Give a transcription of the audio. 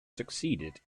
succeeded